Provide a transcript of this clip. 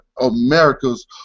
Americas